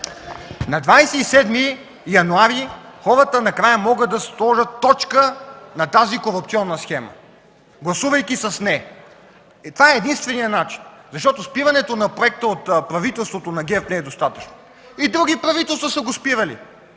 На 27 януари хората накрая могат да сложат точка на тази корупционна схема, гласувайки с „Не!”. Това е единственият начин, защото спирането на проекта от правителството на ГЕРБ не е достатъчно. И други правителства са го спирали.